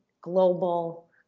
global